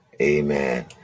Amen